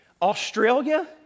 Australia